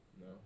No